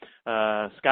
scott